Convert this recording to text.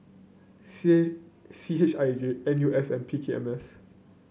C C H I J N U S and P K M S